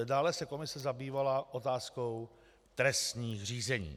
Dále se komise zabývala otázkou trestních řízení.